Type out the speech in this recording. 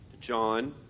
John